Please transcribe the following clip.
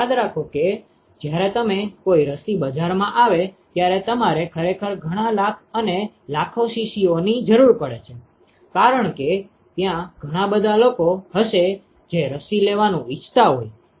તેથી યાદ રાખો કે જ્યારે તમે કોઈ રસી બજારમાં આવે ત્યારે તમારે ખરેખર ઘણા લાખ અને લાખો શીશીઓની જરૂર પડે છે કારણ કે ત્યાં ઘણા બધા લોકો હશે જે રસી લેવાનું ઇચ્છતા હોય